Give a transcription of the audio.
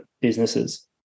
businesses